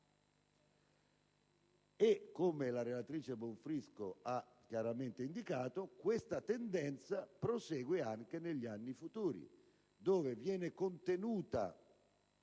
e, come la relatrice Bonfrisco ha chiaramente indicato, questa tendenza prosegue anche negli anni futuri, in cui non viene contenuta